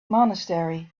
monastery